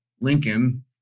Lincoln